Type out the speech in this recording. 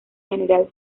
general